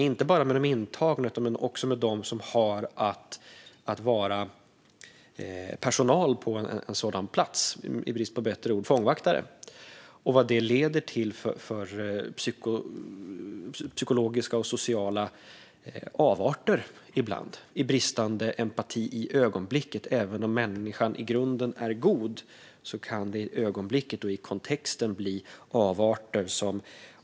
Det gäller inte bara de intagna utan också de som ska vara personal på en sådan plats, i brist på bättre ord: fångvaktare. Det handlar om vilka psykologiska och sociala avarter det ibland kan leda till, till exempel bristande empati i ögonblicket. Även om människan i grunden är god kan det i ögonblicket och kontexten leda till avarter.